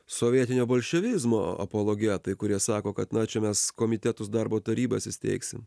sovietinio bolševizmo apologetai kurie sako kad na čia mes komitetus darbo tarybas įsteigsim